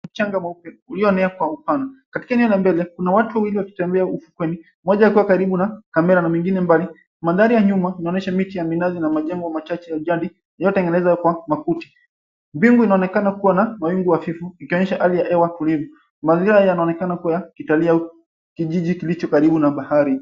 Mchanga mweupe, uliyoenea kwa upana. Katika eneo la mbele kuna watu wawili wakitembea ufukweni. Mmoja akiwa karibu na kamera, na mwengine mbali. Mandhari ya nyuma, inaonyesha miti ya minazi, na majengo machache ya ujani, yaliyotengenezwa kwa makuti. Mbingu inaonekana kuwa na mawingu hafifu ikionyesha hali ya hewa tulivu. Mazingira yanaonekana kuwa ya kitalii, au kijiji kilicho karibu na bahari.